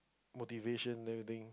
motivation type of thing